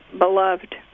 beloved